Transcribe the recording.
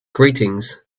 greetings